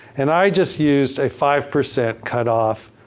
and i just used a five percent cutoff.